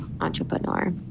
entrepreneur